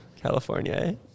California